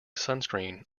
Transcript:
sunscreen